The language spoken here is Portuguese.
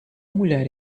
mulher